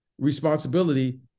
Responsibility